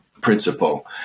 principle